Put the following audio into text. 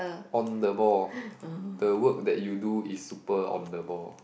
on the ball the work that you do is super on the ball